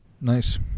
Nice